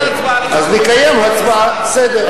אז נקיים הצבעה, בסדר.